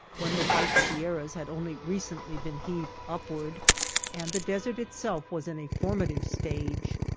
when the white sierras had only recently been heaved upward and the des ert itself was in a formative stage,